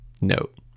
note